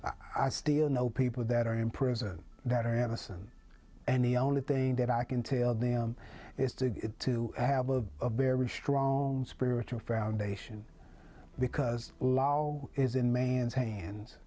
i still know people that are in prison that are innocent and the only thing that i can tell them is to to have a very strong spiritual foundation because lao is in man's hands